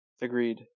Agreed